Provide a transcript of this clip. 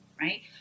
right